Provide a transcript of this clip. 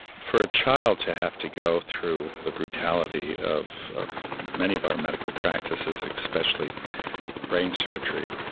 for a child to have to go through the brutality of of many of our medical practices, especially brain surgery,